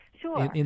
Sure